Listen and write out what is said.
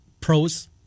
pros